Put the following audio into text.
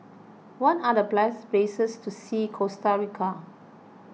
what are the best places to see in Costa Rica